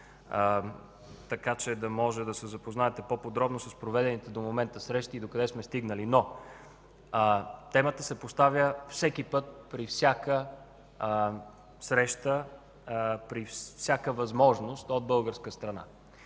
така че да може да се запознаете по-подробно с проведените до момента срещи и докъде сме стигнали. Темата се поставя всеки път, при всяка среща, при всяка възможност от българска страна.